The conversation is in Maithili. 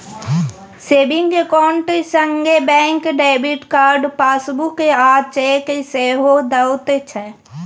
सेबिंग अकाउंट संगे बैंक डेबिट कार्ड, पासबुक आ चेक सेहो दैत छै